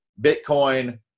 Bitcoin